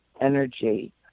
energy